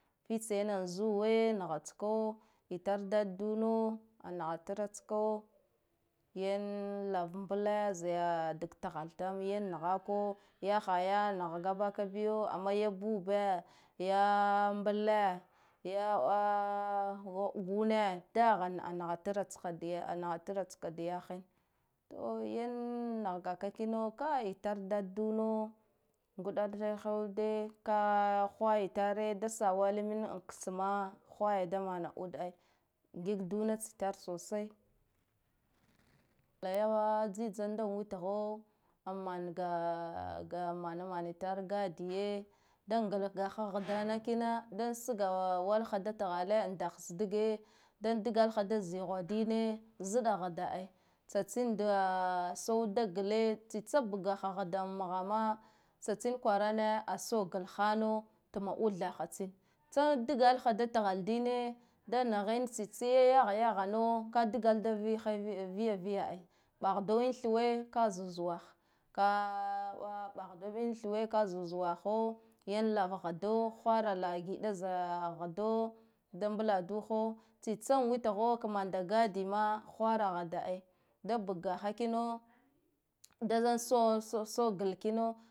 Fitsa yane zuwe nahatoka itar dad duni a nahatratska yan lar mble za daga thale tama yan nahaka yahaya nahgabaka biyo amma yi bube yamble ya gune dahan a nahatratska da ya he, to yan nahgaka kino kai tar dad duno nguɗarahayude ka hwaya tare da sawalin an kse ma hwaya da mana ud ai, ngiga duna tsitare sosai daya wa tsitsanda witho an manga ga mana mana tare gadiye da nglagho indana kiha da sgawalaha da thale an dah sdige dan dgalaha da zihwa dina zuɗa hda ai tsatsin da so dagile tsitso bgaha hda mha ma tsatin kwarane a sogi hana tma utha tsin tsa dgalaha da thal dine da nahin tsa tsi yahayahano ka dgak da vihayviya viya viya ai, ɓala do yinthuwe ka zuwa zuwa ha yanlava hada hwara ngiɗa za hado da mbladuho tsitsan witho manda gadi ma hwara hda ai da bghha kino daso gal kino.